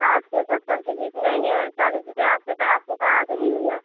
साठ से सत्तर के बीच में ही है चालीस रुपया आपसे आपको कहाँ से मिल गया